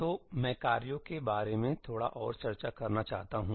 तो मैं कार्यों के बारे में थोड़ा और चर्चा करना चाहता हूं